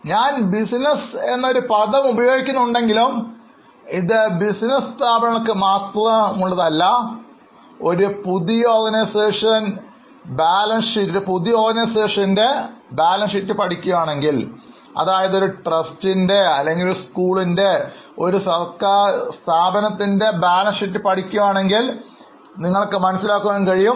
ഞാൻ ബിസിനസ് എന്ന പദം ഉപയോഗിക്കുന്നുണ്ടെങ്കിലും ഇത് ബിസിനസ് സ്ഥാപനങ്ങൾക്ക് മാത്രമുള്ളതല്ല ഒരു പുതിയ ഓർഗനൈസേഷൻ ബാലൻസ് ഷീറ്റ് പഠിക്കുകയാണെങ്കിൽ അതായത് ഒരു ട്രസ്റ്റ് അല്ലെങ്കിൽ സ്കൂൾ അല്ലെങ്കിൽ സർക്കാർ സ്ഥാപനങ്ങൾ നിങ്ങൾക്ക് മനസ്സിലാകും